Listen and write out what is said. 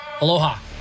Aloha